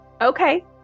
Okay